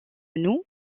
nous